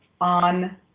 on